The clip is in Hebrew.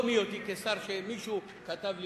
לא מהיותי שר ומישהו כתב לי,